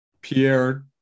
Pierre